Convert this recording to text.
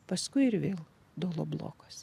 paskui ir vėl doloblokas